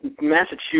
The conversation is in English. Massachusetts